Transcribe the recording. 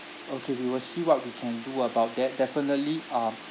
okay we will see what we can do about that definitely um